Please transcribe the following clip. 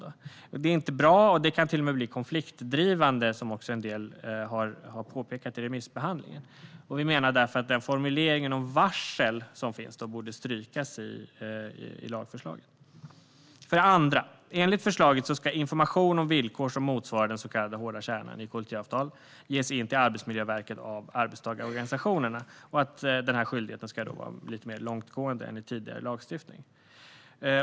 Detta är inte bra, och det kan till och med bli konfliktdrivande, vilket en del har påpekat i remissbehandlingen. Vi menar därför att formuleringen om varsel borde strykas i lagförslaget. För det andra: Enligt förslaget ska information om villkor som motsvarar den så kallade hårda kärnan i kollektivavtal ska ges in till Arbetsmiljöverket av arbetstagarorganisationer, och denna skyldighet ska vara mer långtgående än i tidigare lagstiftning.